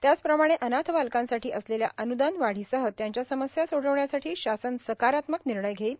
त्याचप्रमाणे अनाथ बालकांसाठी असलेल्या अनुदानवाढीसह त्यांच्या समस्या सोडविण्यासाठी शासन सकारात्मक निर्णय घेईल